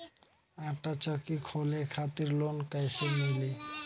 आटा चक्की खोले खातिर लोन कैसे मिली?